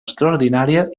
extraordinària